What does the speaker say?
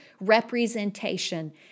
representation